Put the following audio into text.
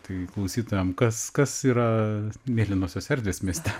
tai klausytojam kas kas yra mėlynosios erdvės mieste